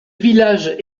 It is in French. village